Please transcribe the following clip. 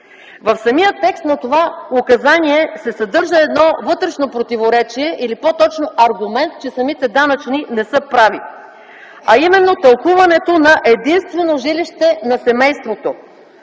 В самия текст на това указание се съдържа едно вътрешно противоречие или по-точно, аргумент, че самите данъчни не са прави, а именно тълкуването на единствено жилище на семейството.